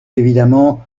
évidemment